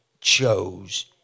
chose